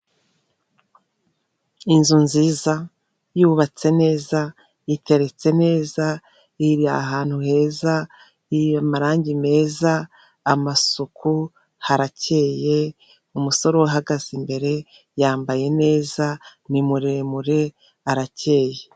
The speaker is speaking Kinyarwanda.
Inzu nziza yubatse neza, iteretse neza iri ahantu heza, amarangi meza amasuku harakeye umusore uhagaze imbere yambaye neza ni muremure arakeyeye.